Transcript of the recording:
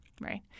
right